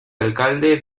alcalde